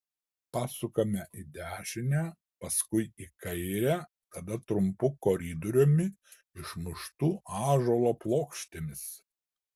pasukame į dešinę paskui į kairę tada trumpu koridoriumi išmuštu ąžuolo plokštėmis